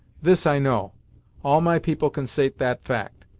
this i know all my people consait that fact,